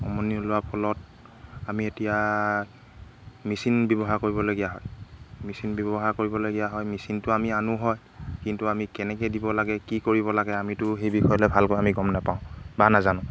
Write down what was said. উমনি নোলোৱাৰ ফলত আমি এতিয়া মেচিন ব্যৱহাৰ কৰিবলগীয়া হয় মেচিন ব্যৱহাৰ কৰিবলগীয়া হয় মেচিনটো আমি আনোঁ হয় কিন্তু আমি কেনেকৈ দিব লাগে কি কৰিব লাগে আমিতো সেই বিষয়লৈ ভালকৈ আমি গম নাপাওঁ বা নাজানো